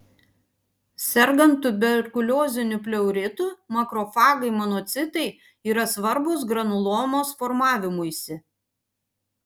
sergant tuberkulioziniu pleuritu makrofagai monocitai yra svarbūs granulomos formavimuisi